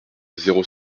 zéro